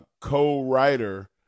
co-writer